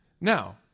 Now